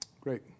Great